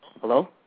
Hello